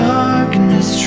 darkness